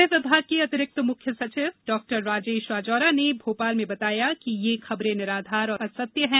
गृह विभाग के अतिरिक्त मुख्य सचिव डॉ राजेश राजौरा ने भोपाल में बताया कि ये खबरें निराधार और असत्य हैं